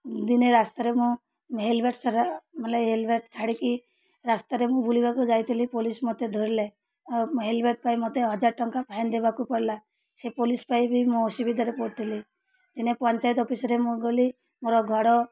ଦିନେ ରାସ୍ତାରେ ମୁଁ ହେଲମେଟ୍ ମାନେ ହେଲମେଟ୍ ଛାଡ଼ିକି ରାସ୍ତାରେ ମୁଁ ବୁଲିବାକୁ ଯାଇଥିଲି ପୋଲିସ ମୋତେ ଧରିଲେ ଆଉ ହେଲମେଟ୍ ପାଇଁ ମୋତେ ହଜାର ଟଙ୍କା ଫାଇନ୍ ଦେବାକୁ ପଡ଼ିଲା ସେ ପୋଲିସ ପାଇଁ ବି ମୁଁ ଅସୁବିଧାରେ ପଡ଼ିଥିଲି ଦିନେ ପଞ୍ଚାୟତ ଅଫିସ୍ରେ ମୁଁ ଗଲି ମୋର ଘର